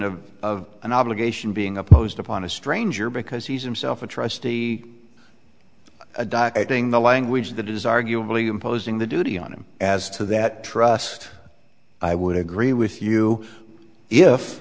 of of an obligation being opposed upon a stranger because he's him self a trustee doing the language that is arguably imposing the duty on him as to that trust i would agree with you if